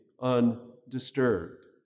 undisturbed